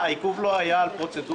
אנחנו רוצים להצביע על גבעת הראל בנפרד.